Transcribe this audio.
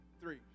three